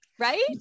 right